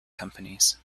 companies